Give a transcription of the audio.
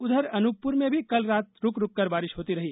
उधर अनूपपुर में भी कल रात रुक रुककर बारिश होती रही